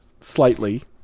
Slightly